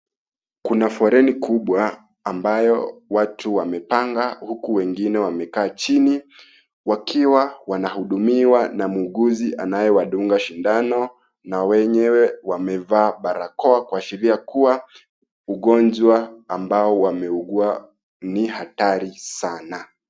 Kuna foreni kubwa ambayo watu wamepanga huku wengine wamekaa chini wakiwa wanahudumiwa na muuguzi anaye wadunga shindano na wenyewe wamevaa barakoa kuashiria kuwa, ugonjwa ambao wameugua ni hatari sana.